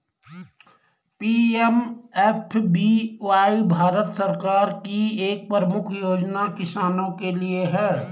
PMFBY Bharat सरकार की एक प्रमुख योजना किसानों के लिए है